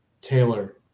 Taylor